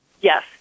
Yes